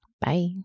Bye